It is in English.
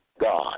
God